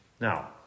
Now